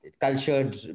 cultured